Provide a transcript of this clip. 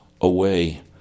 away